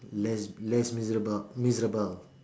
les les les-miserables